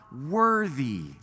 worthy